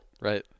Right